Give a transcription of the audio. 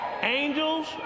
Angels